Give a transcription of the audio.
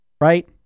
right